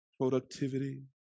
productivity